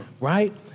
Right